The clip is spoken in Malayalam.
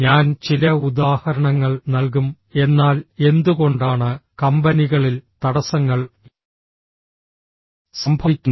ഞാൻ ചില ഉദാഹരണങ്ങൾ നൽകും എന്നാൽ എന്തുകൊണ്ടാണ് കമ്പനികളിൽ തടസ്സങ്ങൾ സംഭവിക്കുന്നത്